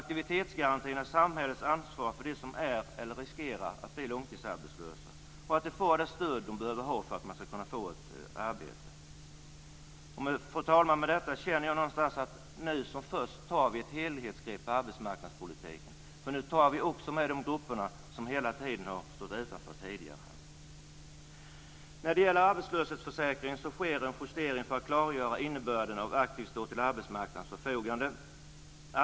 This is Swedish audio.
Aktivitetsgarantin är samhällets sätt att ta ansvar för att de som är eller riskerar att bli långtidsarbetslösa får det stöd de behöver för att kunna få ett arbete. Fru talman! Jag känner att vi först nu tar ett helhetsgrepp på arbetsmarknadspolitiken. När det gäller arbetslöshetsförsäkringen sker en justering för att klargöra innebörden av att vara aktiv och "stå till arbetsmarknadens förfogande".